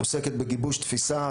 עוסקת בגיבוש תפיסה,